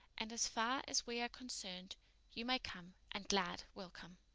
and, as far as we are concerned you may come and glad welcome.